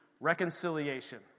reconciliation